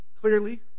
clearly